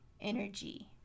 energy